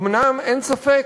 אומנם אין ספק,